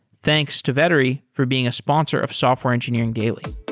thanks to vettery for being a sponsor of software engineering daily